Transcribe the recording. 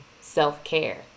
self-care